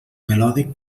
melòdic